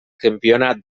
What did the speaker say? campionat